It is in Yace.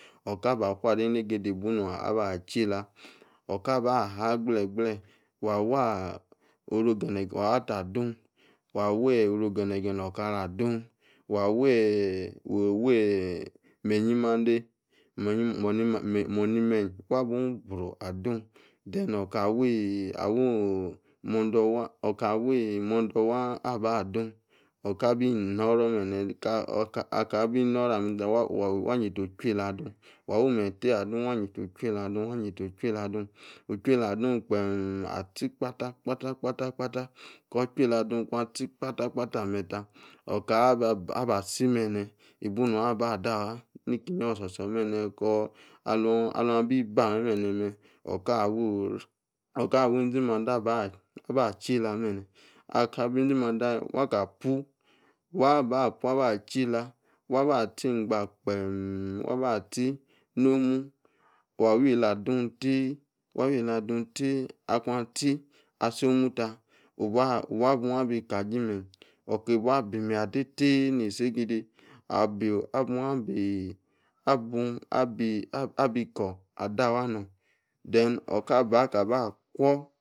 Okaba fu ade negede ibu no̱n aba achi yela. Oka ba ha gble gble, wu bua oru ogene wu bi ata adun, wa wi oru ogenegene okara adun. Wa wi me̱nyi mande, mona me̱nyi wa bu bru adun, oka wi mo̱ndo̱ waan aba dum. Ka bi no̱ro̱ be̱ne̱, kun bi no̱ro̱ be̱ne̱ ta, oti chu yela adun wa wi menyi te adun. Wu chuela adun gbem achi gbata gbata gbata, ko chu yela adun kwa chi gbata gbata ameta chi gbata gbata ameta Oka ba si bene, ibu no̱ aba dawa niki inyi o̱so̱tso̱ be̱ne̱. ahun abi bi ame be̱ne̱ me̱, oka wu aka wey enzi mande aba chiyela bene waka puu apu aba chiyela achi engba gbem, wa ba chi ni omu, wawi yela adun te, wa wi yela adun te, wa wi yele adun te akun achi asi omu ta, wu bua abun iko̱ aji me̱nyi, oki bu abi menyi ade te negede abun abi ko̱ ade awa nung o̱ka ba ka ba kwuo̱.